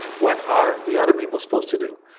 what are the other people supposed to do?